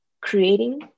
creating